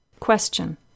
Question